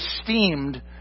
esteemed